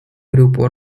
grupo